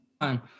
time